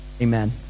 Amen